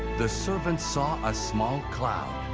the servant saw a small cloud.